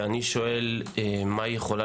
ואני שואל, מה היא יכולה